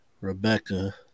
Rebecca